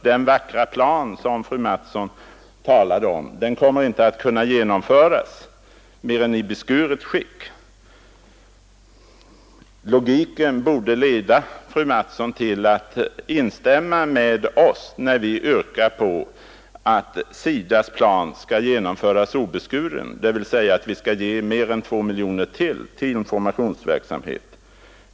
Den vackra SIDA-plan som fröken Mattson talade om kommer inte att kunna genomföras mer än i beskuret skick. Logiken borde leda fröken Mattson till att instämma med oss, när vi yrkar på att SIDA:s plan skall genomföras obeskuren, dvs. att vi skall ge mer än 2 miljoner utöver regeringens förslag till informationsverksamhet.